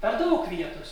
per daug vietos